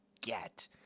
get